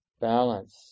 balance